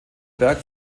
berg